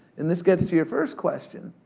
and this gets to your first question,